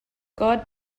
god